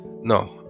No